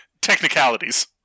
technicalities